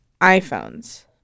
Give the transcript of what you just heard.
iPhones